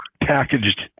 packaged